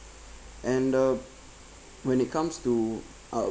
and uh when it comes to ar~